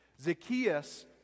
Zacchaeus